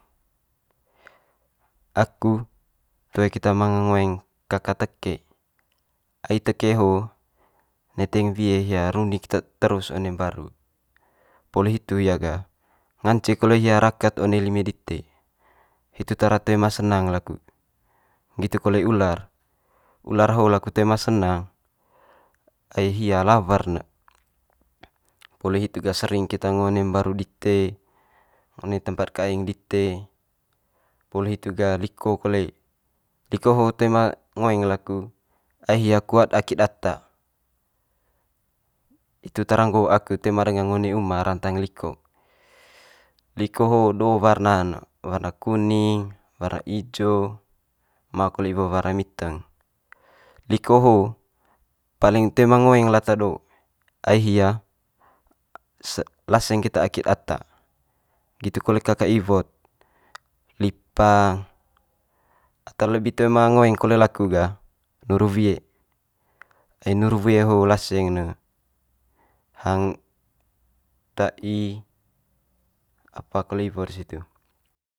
Aku toe keta manga ngoeng kaka teke, ai teke ho neteng wie hia runi keta terus one mbaru. Poli hitu hia gah ngance kole hia raket one lime dite hitu tara toe ma senang laku, nggitu kole ular. Ular ho laku tara toe ma senang ai hia lawer ne popli hitu gah sering keta ngo one mbaru dite ngo one tempat kaeng dite, poli hitu gah liko kole. Liko ho toe ma ngoeng laku ai hia kuat akit ata, itu tara nggo aku toe ma danga ngo one uma rantang liko. Liko ho do warna'n ne, warna kuning, warna ijo manga kole iwo warna miteng. Liko ho paling toe manga ngoeng lata do ai hia laseng keta akit ata nggitu kole kaka iwo'd lipang. Ata lebi toe ma ngoeng kole laku gah nuru wie, ai nuruwie ho laseng ne hang tai, apa kole iwo'r situ.